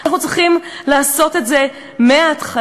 אנחנו צריכים לעשות את זה מההתחלה.